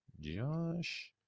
Josh